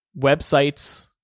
Websites